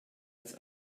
als